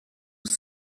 tout